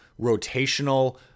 rotational